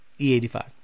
E85